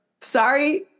sorry